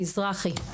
מזרחי.